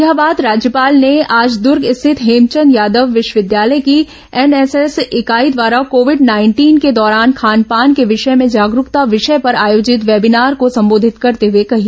यह बात राज्यपाल ने आज दूर्ग स्थित हेमचंद यादव विश्वविद्यालय की एनएसएस इकाई द्वारा कोविड नाइंटीन के दौरान खान पान के विषय में जागरूकता विषय पर आयोजित वेबीनार को संबोधित करते हए कही